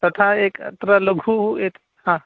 तथा एकत्र लघुः य हा